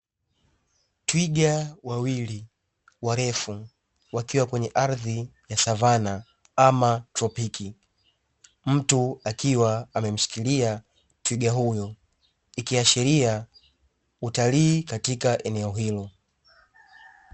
Twiga wawili warefu wakiwa kwenye ardhi ya savannah ama tropiki, mtu akiwa amemshikilia twiga huyo ikiashiria utalii katika eneo hilo.